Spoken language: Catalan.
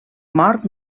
mort